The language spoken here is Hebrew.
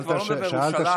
אני כבר לא מדבר על ירושלים,